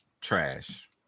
Trash